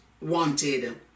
wanted